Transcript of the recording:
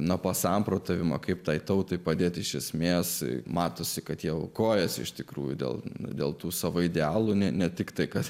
na po samprotavimą kaip tai tautai padėti iš esmės matosi kad jau kojas iš tikrųjų delnu dėl tų savo idealų ne ne tiktai kas